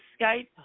Skype